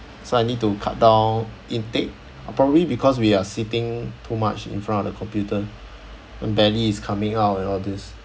so I need to cut down intake probably because we are sitting too much in front of the computer and belly is coming out and all this